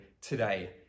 today